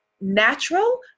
natural